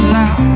now